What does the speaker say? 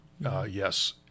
yes